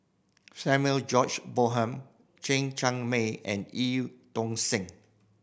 Samuel George Bonham Chen Cheng Mei and Eu Tong Sen